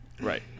right